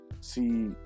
see